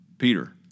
Peter